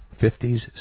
fifties